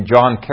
John